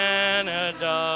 Canada